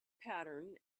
pattern